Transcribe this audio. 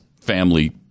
family